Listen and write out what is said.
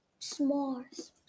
S'mores